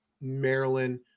Maryland